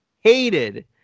hated